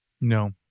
No